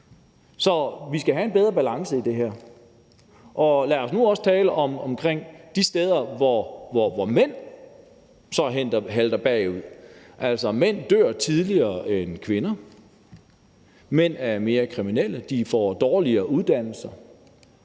Så vi skal have en bedre balance i det her. Lad os nu også tale om de steder, hvor mænd så halter bagud. Mænd dør tidligere end kvinder. Mænd er mere kriminelle. De får dårligere uddannelser.